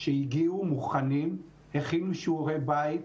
שהגיעו מוכנים, הכינו שיעורי בית,